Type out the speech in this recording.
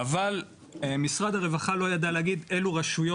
אבל, משרד הרווחה לא ידע להגיד באילו רשויות